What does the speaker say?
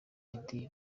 meddy